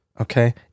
Okay